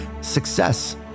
success